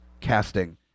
casting